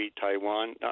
Taiwan